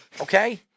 Okay